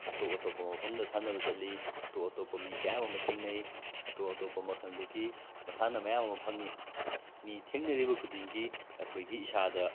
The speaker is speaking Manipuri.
ꯑꯇꯣꯞ ꯑꯇꯣꯞꯄ ꯃꯐꯝꯗ ꯁꯥꯟꯅꯕ ꯆꯠꯂꯤ ꯑꯇꯣꯞ ꯑꯇꯣꯞꯄ ꯃꯤ ꯀꯌꯥꯝ ꯑꯃ ꯊꯦꯡꯅꯩ ꯑꯇꯣꯞ ꯑꯇꯣꯞꯞ ꯃꯐꯝꯗꯒꯤ ꯃꯁꯥꯟꯅ ꯃꯌꯥꯝ ꯑꯃ ꯐꯪꯏ ꯃꯤ ꯊꯦꯡꯅꯔꯤꯕ ꯈꯨꯗꯤꯡꯒꯤ ꯑꯩꯈꯣꯏꯒꯤ ꯏꯁꯥꯗ